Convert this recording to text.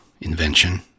invention